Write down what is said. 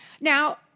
Now